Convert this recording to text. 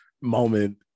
moment